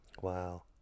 Wow